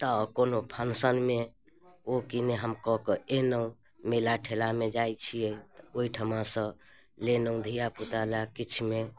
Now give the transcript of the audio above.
तऽ कोनो फँक्शनमे ओ किने हम कऽ कऽ अएलहुँ मेला ठेलामे जाइ छिए तऽ ओहिठामसँ लेलहुँ धिआपुतालए किछुमे